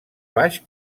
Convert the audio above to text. baix